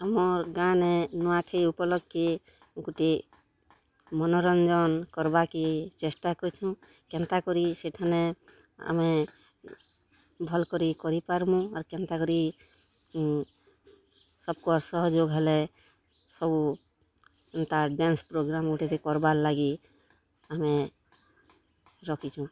ଆମର୍ ଗାଁନେ ନୂଆଖାଇ ଉପଲକ୍ଷେ ଗୁଟେ ମନୋରଞ୍ଜନ୍ କର୍ବାକେ ଚେଷ୍ଟା କର୍ସୁଁ କେନ୍ତାକରି ସେଠାନେ ଆମେ ଭଲ୍ କରି କରିପାର୍ମୁଁ ଆଉ କେନ୍ତାକରି ସବ୍କର୍ ସହଯୋଗ୍ ହେଲେ ସବୁ ତାର୍ ଡ୍ୟାନ୍ସ ପୋଗ୍ରାମ୍ ଗୁଟେ କର୍ବାର୍ ଲାଗି ଆମେ ରଖିଛୁ